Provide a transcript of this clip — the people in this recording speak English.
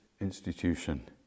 institution